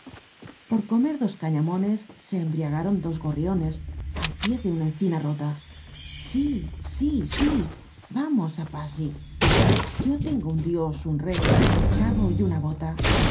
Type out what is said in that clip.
por comer dos cañamones í se embriagaron dos gorriones al pie de una encina rota sí sí sí vamos á passy yo tengo un dios un rey un chavo y una hota